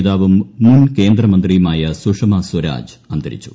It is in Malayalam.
നേതാവും മുൻ കേന്ദ്രമന്ത്രിയുമായ സുഷമ സ്വരാജ് അന്തരിച്ചു